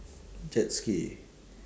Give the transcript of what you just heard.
jet ski